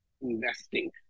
investing